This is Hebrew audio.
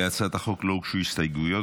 להצעת החוק לא הוגשו הסתייגויות,